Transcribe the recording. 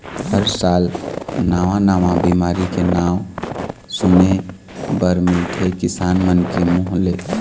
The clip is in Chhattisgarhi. हर साल नवा नवा बिमारी के नांव सुने बर मिलथे किसान मन के मुंह ले